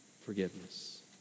forgiveness